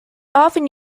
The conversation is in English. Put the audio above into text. often